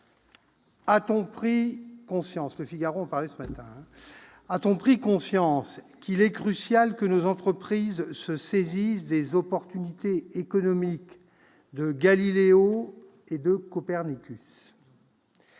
A-t-on pris conscience qu'il est crucial que nos entreprises se saisissent des opportunités économiques de Galileo et de Copernicus ?